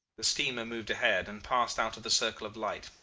the steamer moved ahead, and passing out of the circle of light,